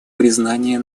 признания